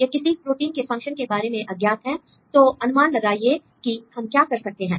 या किसी प्रोटीन के फंक्शन के बारे में अज्ञात हैं तो अनुमान लगाइए कि हम क्या कर सकते हैं